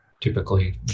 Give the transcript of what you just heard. typically